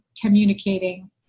communicating